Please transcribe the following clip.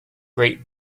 great